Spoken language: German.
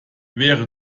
wäre